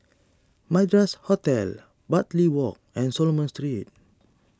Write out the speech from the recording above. Madras Hotel Bartley Walk and Solomon Street